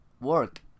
work